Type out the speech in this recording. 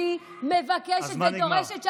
אני מבקשת ודורשת, הזמן נגמר.